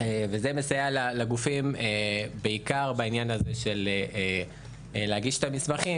וזה מסייע לגופים בעיקר בעניין הזה של הגשת המסמכים